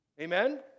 Amen